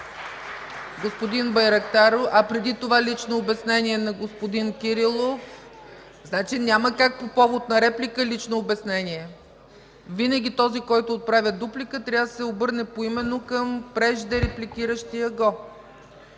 ЦАЧЕВА: Лично обяснение на господин Кирилов. (Шум и реплики.) Няма как по повод на реплика – лично обяснение. Винаги този, който отправя дуплика, трябва да се обърне поименно към преждереплекиращия го.